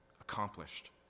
Accomplished